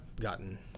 gotten